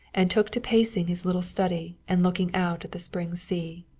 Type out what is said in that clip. and took to pacing his little study and looking out at the spring sea.